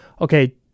okay